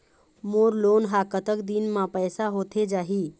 मोर loan हा कतक दिन मा पास होथे जाही?